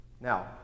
Now